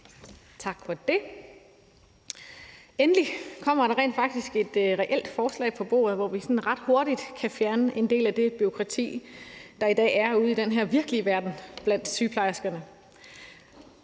Tak for det. Endelig kommer der rent faktisk et reelt forslag på bordet, hvor vi ret hurtigt kan fjerne en del af det bureaukrati, der i dag er ude i den virkelige verden blandt sygeplejerskerne.